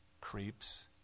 creeps